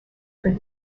for